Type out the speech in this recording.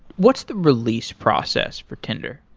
what's the release process for tinder?